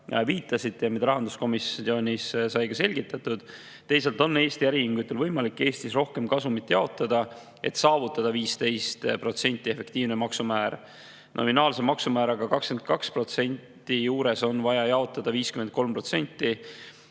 viitasite ja mida rahanduskomisjonis sai ka selgitatud. Teiseks on Eesti äriühingutel võimalik Eestis rohkem kasumit jaotada, et saavutada 15%-line efektiivne maksumäär. Nominaalse maksumäära 22% juures on vaja jaotada 53%